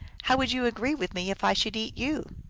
how would you agree with me if i should eat you?